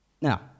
Now